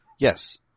Yes